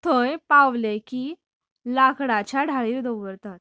थंय पावले की लाकडाच्या ढाळीर दवरतात